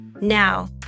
Now